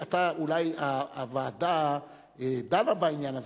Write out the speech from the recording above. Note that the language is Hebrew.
אולי הוועדה דנה בעניין הזה.